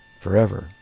forever